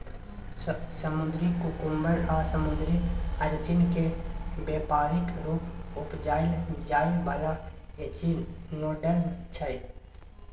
समुद्री कुकुम्बर आ समुद्री अरचिन केँ बेपारिक रुप उपजाएल जाइ बला एचिनोडर्म छै